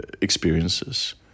experiences